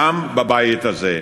גם בבית הזה.